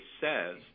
says